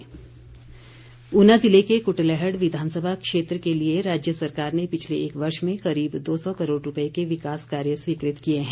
वीरेन्द्र कंवर ऊना जिले के कृटलैहड़ विधानसभा क्षेत्र के लिए राज्य सरकार ने पिछले एक वर्ष में करीब दो सौ करोड़ रूपए के विकास कार्य स्वीकृत किए हैं